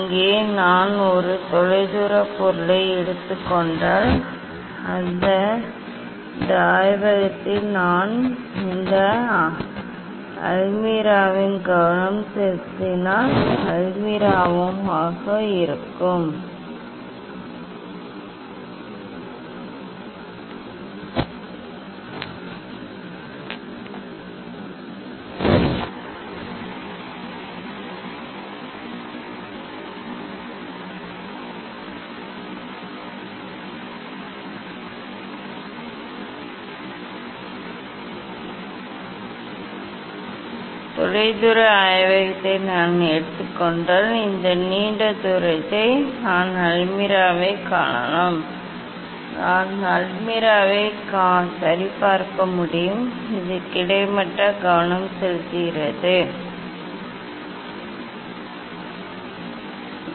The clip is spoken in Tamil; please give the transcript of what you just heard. இங்கே நான் ஒரு தொலைதூர பொருளை எடுத்துக் கொண்டால் இந்த ஆய்வகத்தில் நான் இந்த அல்மிராவில் கவனம் செலுத்தினால் அல்மிராவாக இருக்கும் தொலைதூர ஆய்வகத்தை நான் எடுத்துக் கொண்டால் இந்த நீண்ட தூரத்தை நான் அல்மிராவைக் காணலாம் நான் அல்மிராவை சரி பார்க்க முடியும் இது கிட்டத்தட்ட கவனம் செலுத்துகிறது கிட்டத்தட்ட கவனம் செலுத்தியது